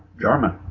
German